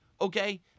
Okay